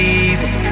easy